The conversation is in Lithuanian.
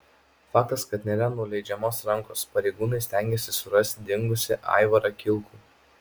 faktas kad nėra nuleidžiamos rankos pareigūnai stengiasi surasti dingusį aivarą kilkų